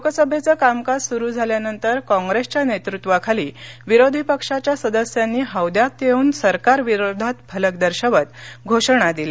लोकसभेचं कामकाज सुरूझाल्यानंतर कॉप्रेसच्या नेतृत्वाखाली विरोधी पक्षांच्या सदस्यांनी हौद्यात येऊन सरकारविरोधात फलक दर्शवत घोषणा दिल्या